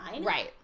Right